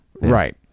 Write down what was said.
Right